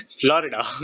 florida